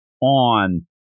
on